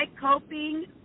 coping